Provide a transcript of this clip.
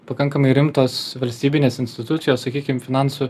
pakankamai rimtos valstybinės institucijos sakykim finansų